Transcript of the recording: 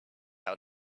how